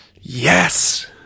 Yes